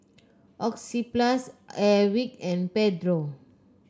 Oxyplus Airwick and Pedro